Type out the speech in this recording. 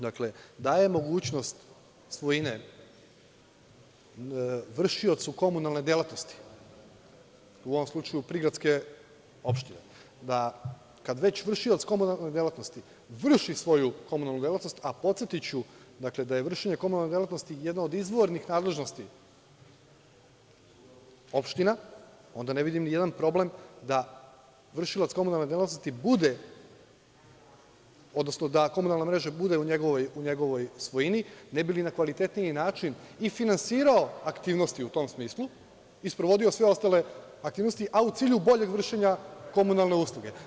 Dakle, daje mogućnost svojine vršiocu komunalne delatnosti, u ovom slučaju prigradske opštine, kad već vršilac komunalne delatnosti, vrši svoju komunalnu delatnost, a podsetiću da je vršenje komunalne delatnosti jedna od izvornih nadležnosti opština onda ne vidim ni jedan problem da vršilac komunalne delatnosti bude, odnosno da komunalna mreža bude u njegovoj svojini, ne bi li na kvalitetniji način i finansirao aktivnosti u tom smislu i sprovodio sve ostale aktivnosti, a u cilju boljeg vršenja komunalne usluge.